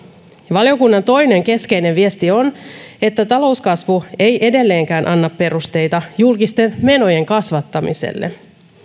valiokunnan toinen keskeinen viesti on että talouskasvu ei edelleenkään anna perusteita julkisten menojen kasvattamiselle